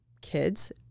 kids